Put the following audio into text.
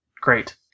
great